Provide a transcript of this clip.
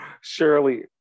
Shirley